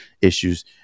issues